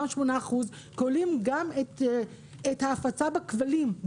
אותם 8% כוללים גם את ההפצה בכבלים.